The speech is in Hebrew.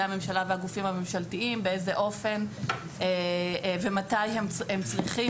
הממשלה והגופים הממשלתיים באיזה אופן ומתי הם צריכים